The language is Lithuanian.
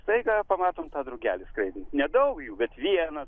staiga pamatom tą drugelį skraidantį nedaug jų bet vieną